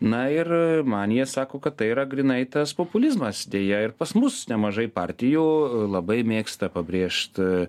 na ir man jie sako kad tai yra grynai tas populizmas deja ir pas mus nemažai partijų labai mėgsta pabrėžt